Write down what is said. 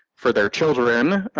for their children,